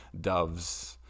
doves